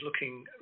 looking